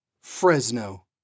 Fresno